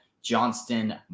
Johnston